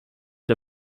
der